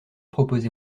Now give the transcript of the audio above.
proposé